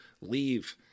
leave